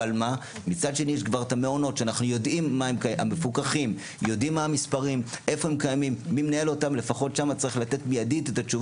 יש פה המון דברים שאנחנו צריכים לעשות יחדיו כדי לפעול לטובת מהלך כזה